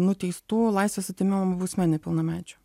nuteistų laisvės atėmimo bausme nepilnamečių